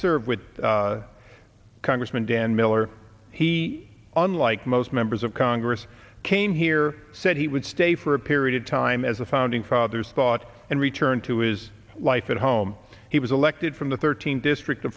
served with congressman dan miller he unlike most members of congress came here said he would stay for a period of time as the founding fathers thought and return to his life at home he was elected from the thirteenth district